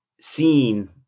seen